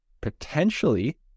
potentially